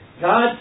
God